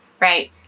right